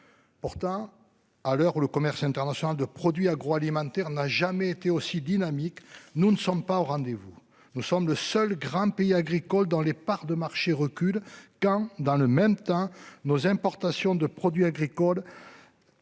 Pourtant à l'heure où le commerce international de produits agroalimentaires n'a jamais été aussi dynamiques. Nous ne sommes pas au rendez-vous. Nous sommes le seul grand pays agricole dans les parts de marché recule quand dans le même temps nos importations de produits agricoles.